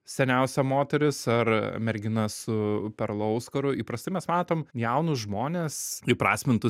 seniausia moteris ar mergina su perlo auskaru įprastai mes matom jaunus žmones įprasmintus